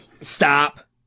Stop